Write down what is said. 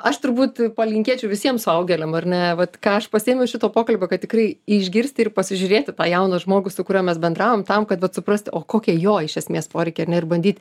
aš turbūt palinkėčiau visiem suaugėliam ar ne vat ką aš pasiėmiau iš šito pokalbio kad tikrai išgirsti ir pasižiūrėti tą jauną žmogų su kuriuo mes bendravom tam kad vat suprasti o kokie jo iš esmės poreikiai ar ne ir bandyt